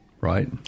right